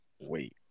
Wait